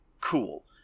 Cool